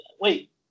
wait